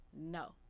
no